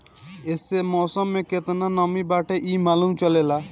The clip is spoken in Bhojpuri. एसे मौसम में केतना नमी बाटे इ मालूम चलेला